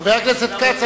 חבר הכנסת כץ,